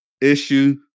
issue